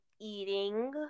eating